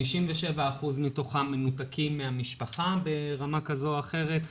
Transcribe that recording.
57% מתוכם מנותקים מהמשפחה ברמה כזו או אחרת,